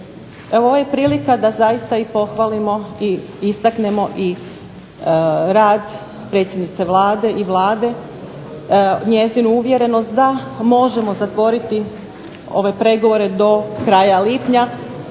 ovo je prilika da pohvalimo i istaknemo rad predsjednice Vlade i Vlade, njezinu uvjerenost da možemo zatvoriti ove pregovore do kraja lipnja,